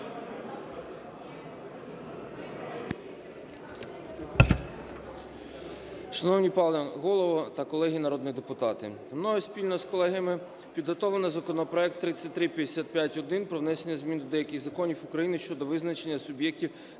Шановний пане Голово та колеги народні депутати, мною спільно з колегами підготовлено законопроект 3355-1 про внесення змін до деяких законів України щодо визначення суб'єктів,